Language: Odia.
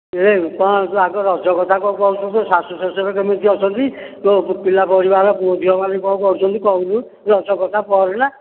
ଯେ କ'ଣ ତୁ ଆଗ ରଜ କଥା କ'ଣ କହୁଛୁ ତୋ ଶାଶୁ ଶଶୁର କେମିତି ଅଛନ୍ତି ତୋ ପିଲା ପରିବାର ପୁଅ ଝିଅମାନେ କ'ଣ କରୁଛନ୍ତି କହୁନୁ ରଜ କଥା ପରେ ନା